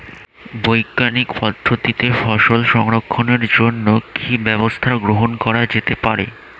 বৈজ্ঞানিক পদ্ধতিতে ফসল সংরক্ষণের জন্য কি ব্যবস্থা গ্রহণ করা যেতে পারে?